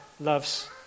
loves